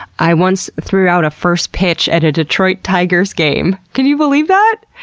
i once threw out a first pitch at a detroit tigers game. can you believe that!